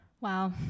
Wow